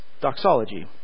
doxology